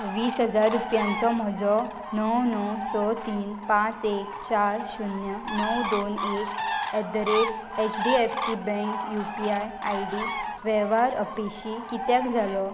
वीस हजार रुपयांचो म्हजो णव णव स तीन पांच एक चार शुन्य णव दोन एक at the rate H D F C bank U P I I D वेव्हार अपेशी कित्याक जालो